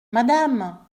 madame